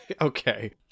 Okay